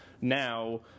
now